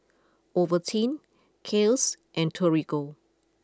Ovaltine Kiehl's and Torigo